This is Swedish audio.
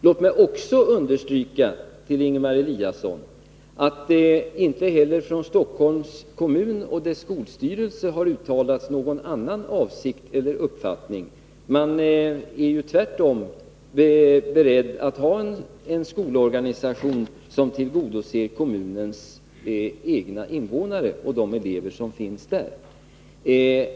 Låt mig också understryka, Ingemar Eliasson, att det inte heller från Stockholms kommun och dess skolstyrelse har uttalats någon annan avsikt eller uppfattning. Man är ju tvärtom beredd att ha en skolorganisation som tillgodoser kommunens egna invånare och de elever som finns där.